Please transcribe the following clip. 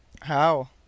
How